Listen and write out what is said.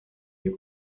ein